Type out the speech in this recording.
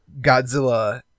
Godzilla